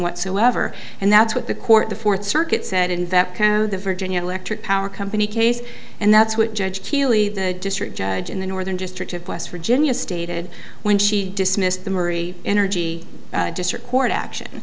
whatsoever and that's what the court the fourth circuit said in that the virginia electric power company case and that's what judge healey the district judge in the northern district of west virginia stated when she dismissed the marie energy district court action